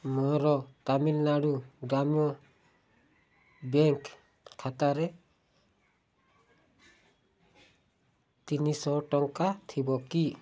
ମୋର ତାମିଲନାଡ଼ୁ ଗାମ୍ୟ ବ୍ୟାଙ୍କ୍ ଖାତାରେ ତିନିଶହ ଟଙ୍କା ଥିବ କି